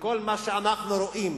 וכל מה שאנחנו רואים